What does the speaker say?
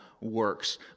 works